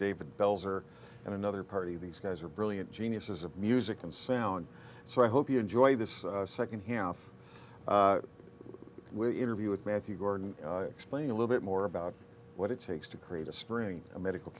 david belzer and another party these guys are brilliant geniuses of music and sound so i hope you enjoy this second half will interview with matthew gordon explain a little bit more about what it takes to create a spring a medical